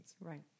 Right